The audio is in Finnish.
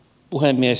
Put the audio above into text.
puhemies